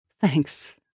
Thanks